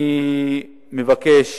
אני מבקש